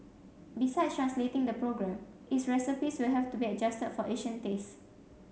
besides translating the program its recipes will have to be adjusted for Asian tastes